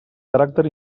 caràcter